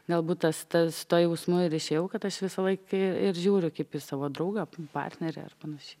galbūt tas tas tuo jausmu ir išėjau kad aš visą laiką ir žiūriu kaip į savo draugą partnerį ar panašiai